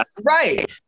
right